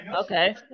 okay